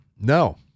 No